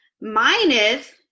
minus